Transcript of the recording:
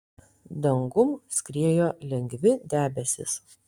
dangum skriejo lengvi debesys